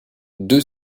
deux